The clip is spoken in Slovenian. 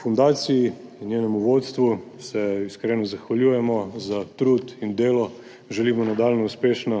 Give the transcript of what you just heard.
Fundaciji in njenemu vodstvu se iskreno zahvaljujemo za trud in delo, želimo nadaljnjo uspešno